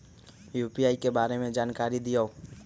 UPI के बारे में जानकारी दियौ?